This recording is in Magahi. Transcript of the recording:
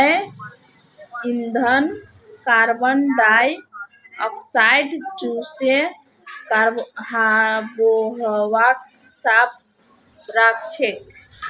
जैव ईंधन कार्बन डाई ऑक्साइडक चूसे आबोहवाक साफ राखछेक